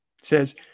Says